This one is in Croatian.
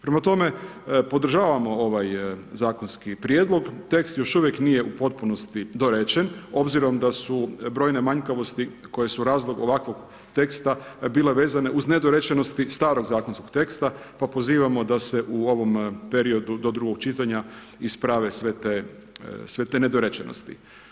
Prema tome, podržavamo ovaj zakonski prijedlog, tekst još uvijek nije u potpunosti dorečen, obzirom da su brojne manjkavosti koje su razlog ovakvog teksta bile vezane uz nedorečenosti starog zakonskog teksta pa pozivamo da se u ovom periodu do drugog čitanja isprave sve te nedorečenosti.